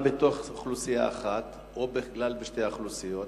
גם בתוך אוכלוסייה אחת או בכלל בשתי אוכלוסיות,